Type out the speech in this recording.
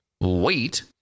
wait